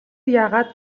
яагаад